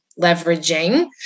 leveraging